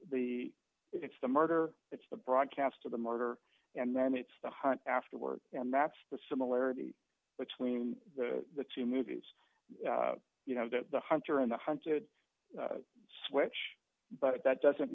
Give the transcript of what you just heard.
the it's the murder it's the broadcast of the murder and then it's the hunt afterward and that's the similarity between the two movies you know the hunter in the hunted switch but that doesn't